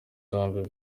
janvier